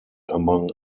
among